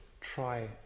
try